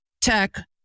tech